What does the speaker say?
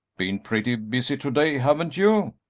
been pretty busy to-day, haven't you?